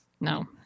No